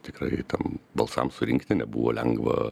tikrai tam balsams surinkti nebuvo lengva